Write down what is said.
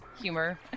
humor